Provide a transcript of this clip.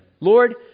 Lord